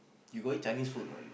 you got eat Chinese food right